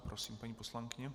Prosím, paní poslankyně.